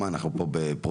מה, אנחנו פה בפרוטקשן?